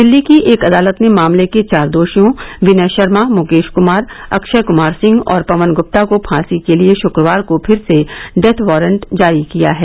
दिल्ली की एक अदालत ने मामले के चार दोषियों विनय शर्मा मुकेश कुमार अक्षय कुमार सिंह और पवन गुप्ता को फांसी के लिए शुक्वार को फिर से डेथ वारंट जारी किया है